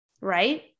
right